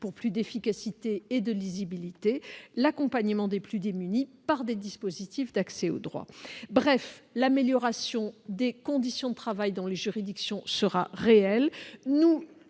pour plus d'efficacité et de lisibilité, accompagnement des plus démunis par des dispositifs d'accès au droit. L'amélioration des conditions de travail dans les juridictions sera réelle.